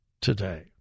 today